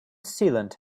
sealant